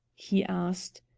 he asked.